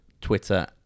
Twitter